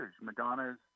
Madonna's